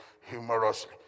humorously